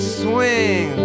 swing